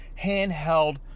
handheld